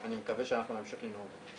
אני מקווה שאנחנו נמשיך לנהוג.